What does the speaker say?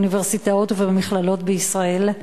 באוניברסיטאות ובמכללות בישראל?